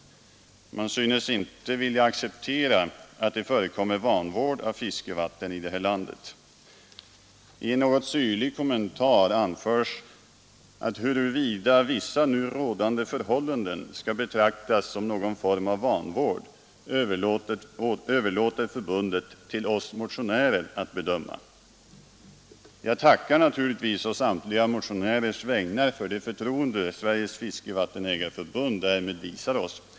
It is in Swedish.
Man synes sålunda inte vilja acceptera att det förekommer vanvård av fiskevatten i det här landet. I en något syrlig kommentar anförs att huruvida vissa nu rådande förhållanden skall betraktas som någon form av vanvård överlåter förbundet till oss motionärer att bedöma. Jag tackar naturligtvis å samtliga motionärers vägnar för det förtroende Sveriges fiskevattenägareförbund därmed visar oss.